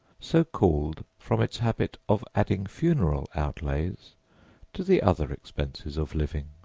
so called from its habit of adding funeral outlays to the other expenses of living.